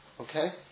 Okay